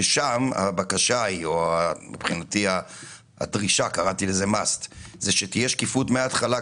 ששם הדרישה זה שתהיה שקיפות מהתחלה,